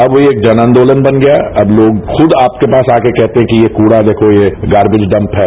अब ये जन आंदोलन बन गया है अब लोग खुद आपके पास आकर कहते है कि ये कूड़ा देखो ये गार्बेज डंप है